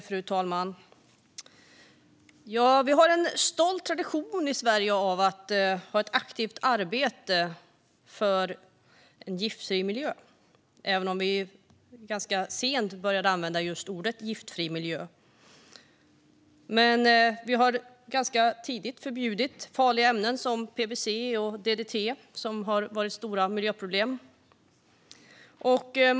Fru talman! Vi har en stolt tradition i Sverige med ett aktivt arbete för en giftfri miljö, även om vi ganska sent började använda uttrycket "giftfri miljö". Tidigt förbjöd vi farliga ämnen som PCB och DDT, som inneburit stora miljöproblem.